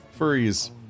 Furries